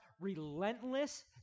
relentless